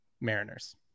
Mariners